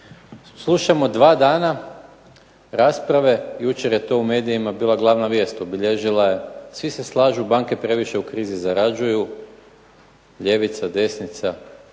Slušamo dva dana rasprave. Jučer je to u medijima bila glavna vijest, obilježila je. Svi se slažu banke previše u krizi zarađuju, ljevica, desnica